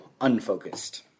unfocused